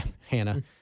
Hannah